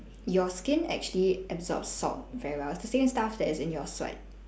your skin actually absorbs salt very well it's the same stuff that's in your sweat